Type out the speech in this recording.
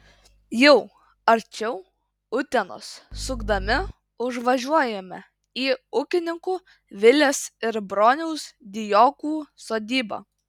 jau arčiau utenos sukdami užvažiuojame į ūkininkų vilės ir broniaus dijokų sodybą